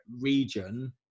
region